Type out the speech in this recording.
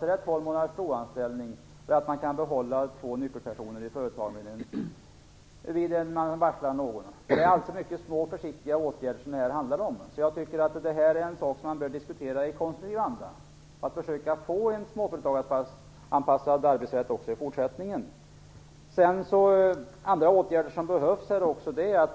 Det är tolv månaders provanställning eller att man kan behålla två nyckelpersoner i företagen vid varsel. Det är alltså mycket små, försiktiga åtgärder som det handlar om. Jag tycker därför att det är en sak som man bör diskutera i konstruktiv anda, för att försöka få en småföretagsanpassad arbetsrätt också i fortsättningen. Andra åtgärder som också behövs är åtgärder för att